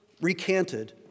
recanted